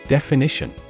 Definition